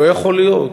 לא יכול להיות,